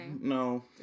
No